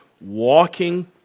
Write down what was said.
walking